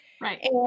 Right